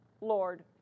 Lord